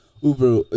Uber